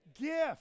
gift